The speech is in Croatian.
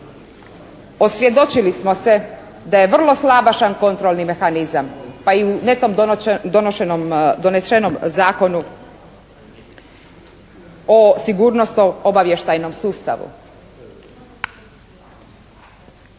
osvjedočili smo se da je vrlo slabašan kontrolni mehanizam pa i u netom donešenom Zakonu o sigurnosno-obavještajnom sustavu.